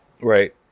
right